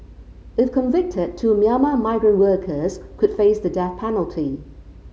if convicted two Myanmar migrant workers could face the death penalty